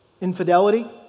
infidelity